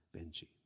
Benji